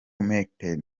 metkel